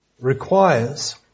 requires